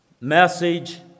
message